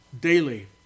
daily